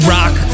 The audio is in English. Rock